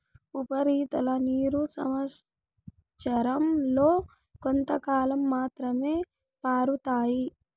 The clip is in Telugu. ఉపరితల నీరు సంవచ్చరం లో కొంతకాలం మాత్రమే పారుతాయి